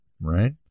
right